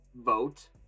vote